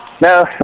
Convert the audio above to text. No